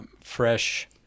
fresh